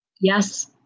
Yes